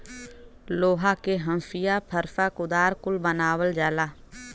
लोहा के हंसिआ फर्सा कुदार कुल बनावल जाला